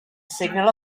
signal